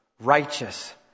Righteous